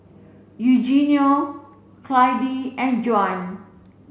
Eugenio Clydie and Juan